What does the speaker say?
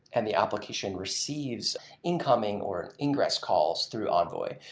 and the applications receives incoming or ingress calls through envoy.